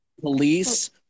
police